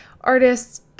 artists